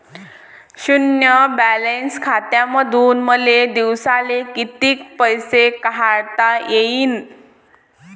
शुन्य बॅलन्स खात्यामंधून मले दिवसाले कितीक पैसे काढता येईन?